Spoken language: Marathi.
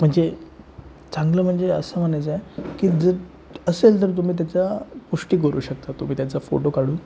म्हणजे चांगलं म्हणजे असं म्हणायचं आहे की जर असेल तर तुम्ही तेचा गोष्टी करू शकता तुम्ही त्याचा फोटो काढून